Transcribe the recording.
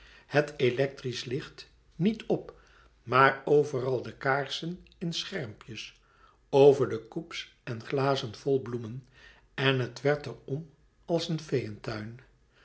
het electrische licht niet op maar overal de kaarsen in schermpjes overal de coupes en glazen vol bloemen en het werd er om als een